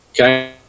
Okay